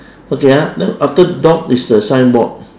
okay ah then after the dog is the signboard